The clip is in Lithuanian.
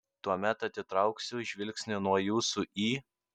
tuomet atitrauksiu žvilgsnį nuo jūsų į